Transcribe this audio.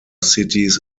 cities